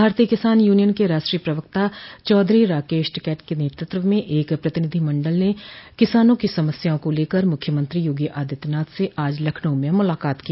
भारतीय किसान यूनियन के राष्ट्रीय प्रवक्ता चौधरी राकेश टिकैत के नेतृत्व में एक प्रतिनिधिमंडल ने किसानों की समस्याओं को लेकर मुख्यमंत्री योगी आदित्यनाथ से आज लखनऊ में मुलाकात की